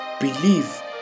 believe